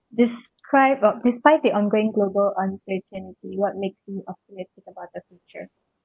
describe a despite the ongoing global situation what makes you optimistic about the future